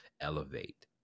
elevate